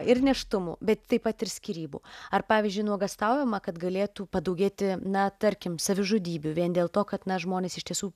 ir nėštumų bet taip pat ir skyrybų ar pavyzdžiui nuogąstaujama kad galėtų padaugėti na tarkim savižudybių vien dėl to kad na žmonės iš tiesų